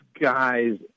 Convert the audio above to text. guys